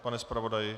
Pane zpravodaji?